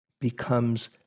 becomes